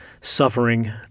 suffering